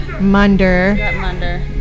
Munder